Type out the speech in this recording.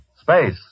space